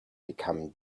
become